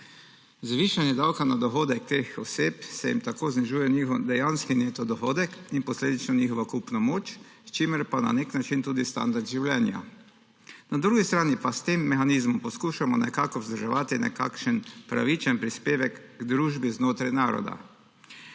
zvišanjem davka na dohodek teh oseb se jim tako znižuje njihov dejanski neto dohodek in posledično njihova kupna moč, s tem pa na nek način tudi standard življenja. Na drugi strani pa s tem mehanizmom poskušamo nekako vzdrževati nekakšen pravičen prispevek k družbi znotraj naroda,